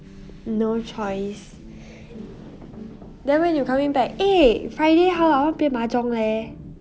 no choice then when you coming back eh friday how I want play mahjong leh